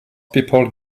people